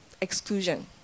exclusion